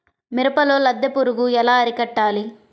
మిరపలో లద్దె పురుగు ఎలా అరికట్టాలి?